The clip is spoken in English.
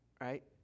Right